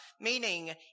meaning